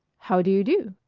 how do you do?